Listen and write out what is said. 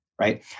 right